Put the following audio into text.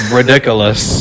ridiculous